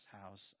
house